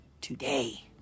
today